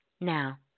Now